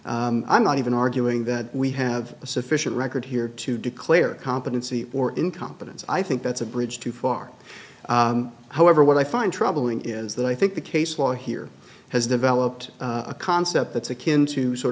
i'm not even arguing that we have a sufficient record here to declare competency or incompetence i think that's a bridge too far however what i find troubling is that i think the case law here has developed a concept that's akin to sort